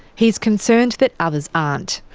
he's concerned that others aren't.